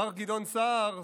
מר גדעון סער,